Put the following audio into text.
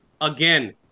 Again